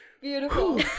Beautiful